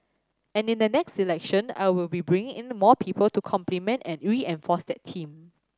and in the next election I will be bringing in the more people to complement and reinforce that team